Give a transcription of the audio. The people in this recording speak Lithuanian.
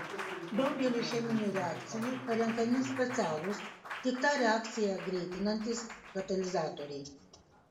daugeliui cheminių reakcijų parenkami specialūs tik tą reakciją greitinantys katalizatoriai